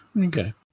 Okay